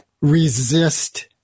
resist